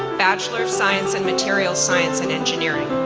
bachelor of science in materials science and engineering.